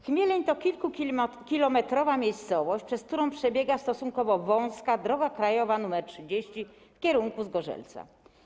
Chmieleń to kilkukilometrowa miejscowość, przez którą przebiega stosunkowo wąska droga krajowa nr 30 w kierunku Zgorzelca.